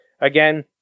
again